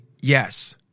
Yes